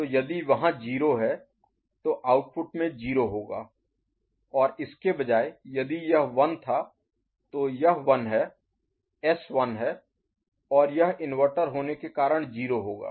तो यदि वहां 0 है तो आउटपुट में 0 होगा और इसके बजाय यदि यह 1 था तो यह 1 है S 1 है और यह इन्वर्टर होने के कारण 0 होगा